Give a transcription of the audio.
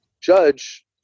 judge